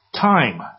time